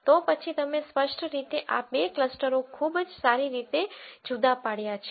તો પછી તમે સ્પષ્ટ રીતે આ બે ક્લસ્ટરો ખૂબ જ સારી રીતે જુદા પાડ્યા છે